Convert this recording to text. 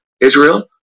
Israel